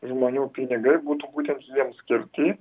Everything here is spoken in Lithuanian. žmonių pinigai būtų būtent jiems skirti